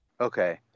Okay